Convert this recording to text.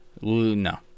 No